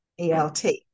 ELT